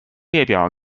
列表